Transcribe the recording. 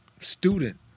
student